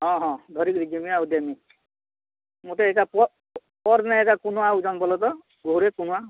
ହଁ ହଁ ଧରିକିରି ଯିମି ଆଉ ଦେମି ମୋତେ ଇଟା ପର୍ଦିନେ ଇଟା କୁନୁଆ ଆଉଛନ୍ ବଲତ